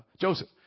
Joseph